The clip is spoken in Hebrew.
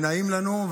נעים לנו,